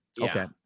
Okay